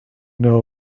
know